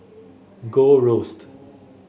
Gold Roast